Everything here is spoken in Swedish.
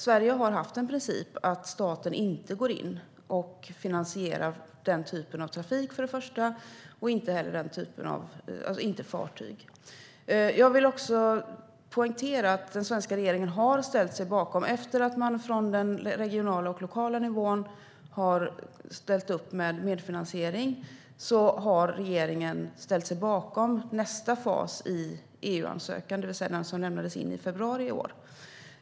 Sverige har haft en princip om att staten inte går in och finansierar den typen av trafik, alltså inte fartyg. Jag vill poängtera att den svenska regeringen, efter att den regionala och den lokala nivån har ställt upp med medfinansiering, har ställt sig bakom nästa fas i EU-ansökan, det vill säga den som lämnades in i februari i år.